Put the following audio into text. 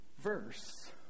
verse